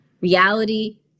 reality